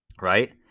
right